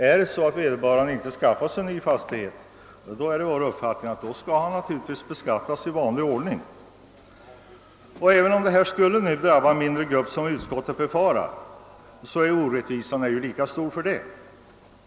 Är det så att vederbörande inte skaffar sig en ny fastighet är det vår uppfattning att han skall beskattas i vanlig ordning. Utskottet säger att detta drabbar en mindre grupp. Men orättvisan är ju lika stor för det!